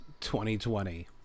2020